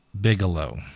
bigelow